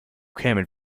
kämen